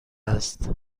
است